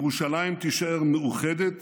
ירושלים תישאר מאוחדת